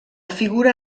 figura